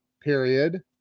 period